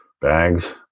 bags